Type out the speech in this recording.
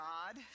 God